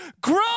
grow